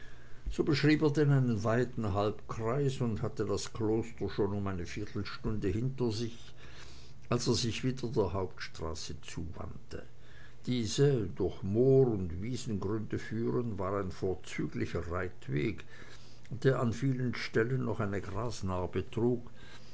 er denn einen weiten halbkreis und hatte das kloster schon um eine viertelstunde hinter sich als er sich wieder der hauptstraße zuwandte diese durch moor und wiesengründe führend war ein vorzüglicher reitweg der an vielen stellen noch eine grasnarbe trug